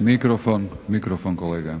**Škvarić, Marijan (HNS)**